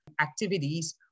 activities